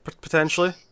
potentially